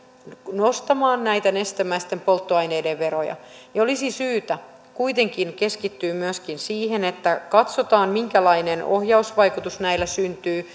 nostamaan näitä nestemäisten polttoaineiden veroja niin olisi syytä kuitenkin keskittyä myöskin siihen että katsotaan minkälainen ohjausvaikutus näillä syntyy